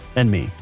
and me,